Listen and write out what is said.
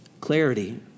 clarity